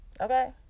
Okay